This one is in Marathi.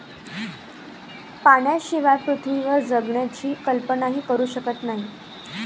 पाण्याशिवाय पृथ्वीवर जगण्याची कल्पनाही करू शकत नाही